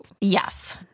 Yes